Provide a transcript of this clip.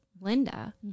Linda